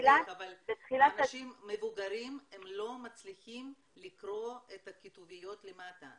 אנשים מבוגרים לא מצליחים לקרוא את הכתוביות למטה,